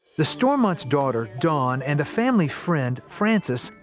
the stormonts' daughter, dawn, and a family friend, francis,